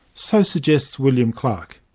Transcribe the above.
so suggests william clark.